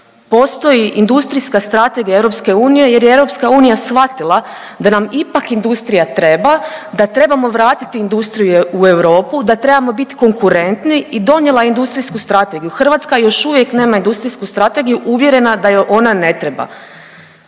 postoji industrijska strategija EU jer je EU shvatila da nam ipak industrija treba, da trebamo vratiti industriju u Europu, da trebamo biti konkurentni i donijela industrijsku strategiju. Hrvatska još uvijek nema industrijsku strategiju uvjerena da joj ona ne treba.